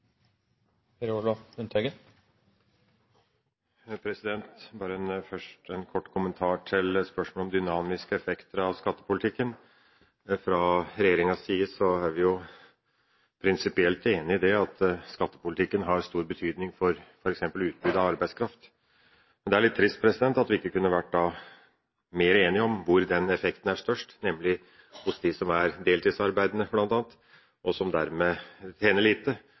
vi prinsipielt enig i at skattepolitikken har stor betydning for f.eks. utbytte av arbeidskraft, men det er litt trist at vi ikke kunne vært mer enige om hvor den effekten er størst, nemlig hos dem som er deltidsarbeidende, bl.a., som dermed tjener lite, og som har en betydelig motivasjon til å yte mer dersom det skattemessig i større grad stimuleres til det. Høyrepartiene har ikke noen spesielle sans for en slik skattepolitikk som stimulerer dem som tjener lite